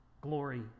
glory